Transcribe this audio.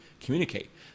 communicate